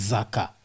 Zaka